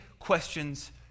questions